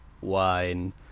wine